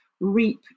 reap